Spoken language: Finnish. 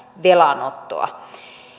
velanottoa